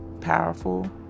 powerful